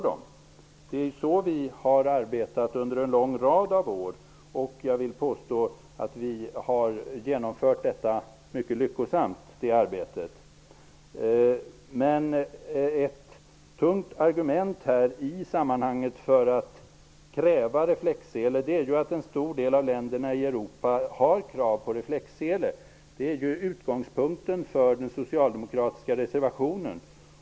Det är så vi under en lång rad av år har arbetat, och jag vill påstå att arbetet har genomförts mycket lyckosamt. Men ett tungt argument för att kräva reflexsele är att en stor del av länderna i Europa har krav på reflexsele, vilket är utgångspunkten för den socialdemokratiska reservationen.